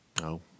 No